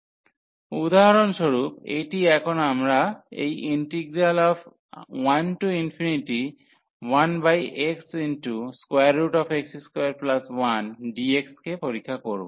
সুতরাং উদাহরণস্বরূপ এটি এখন আমরা এই ইন্টিগ্রাল 1dxxx21 কে পরীক্ষা করব